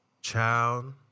chow